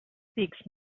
speaks